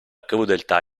crudeltà